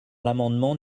l’amendement